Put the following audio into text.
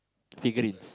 figurines